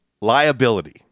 Liability